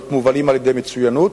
להיות מובלים על-ידי מצוינות,